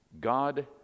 God